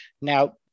Now